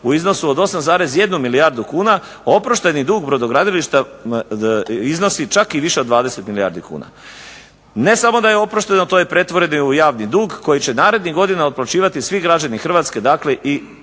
u iznosu od 8,1 milijardu kuna oprošteni dug brodogradilišta iznosi čak i više od 20 milijardi kuna. Ne samo da je oprošteno. To je pretvoreno u javni dug koji će narednih godina otplaćivati svi građani Hrvatske. Dakle, i građani